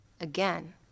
again